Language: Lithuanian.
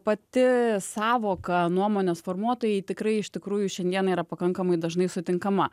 pati sąvoka nuomonės formuotojai tikrai iš tikrųjų šiandieną yra pakankamai dažnai sutinkama